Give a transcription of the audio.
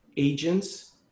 Agents